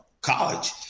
college